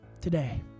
today